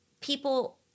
people